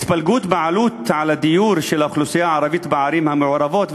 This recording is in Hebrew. התפלגות הבעלות על הדיור של האוכלוסייה הערבית בערים המעורבות,